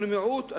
אנחנו מיעוט,